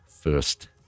first